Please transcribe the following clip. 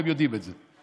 והם יודעים את זה.